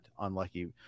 unlucky